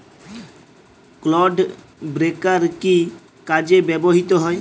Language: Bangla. ক্লড ব্রেকার কি কাজে ব্যবহৃত হয়?